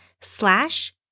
Slash